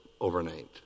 overnight